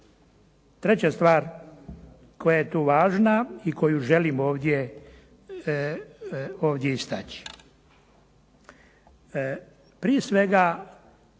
Treća stvar koja je tu važna i koju važna i koju želim ovdje istaći. Prije svega